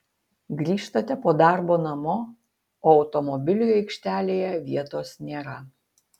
grįžtate po darbo namo o automobiliui aikštelėje vietos nėra